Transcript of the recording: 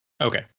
okay